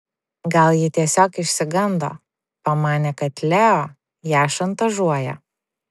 gal ji tiesiog išsigando pamanė kad leo ją šantažuoja